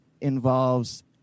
involves